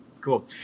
cool